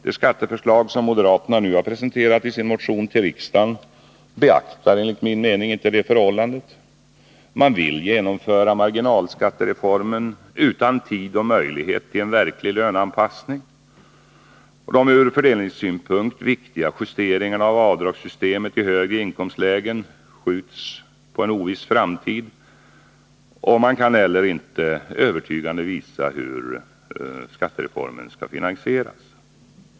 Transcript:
Det skatteförslag som moderaterna nu presenterat i sin motion till riksdagen beaktar enligt min mening inte detta. Man vill genomföra marginalskattereformen utan tid och möjlighet till en verklig löneanpassning. De ur fördelningssynpunkt viktiga justeringarna av avdragssystemet i högre inkomstlägen skjuts på en oviss framtid. Man kan heller inte övertygande visa hur skattereformen skall finansieras.